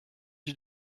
you